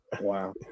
Wow